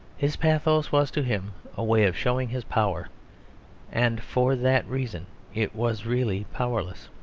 his pathos was to him a way of showing his power and for that reason it was really powerless.